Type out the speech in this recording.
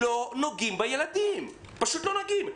לא נוגעים בילדים, פשוט לא נוגעים.